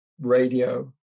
radio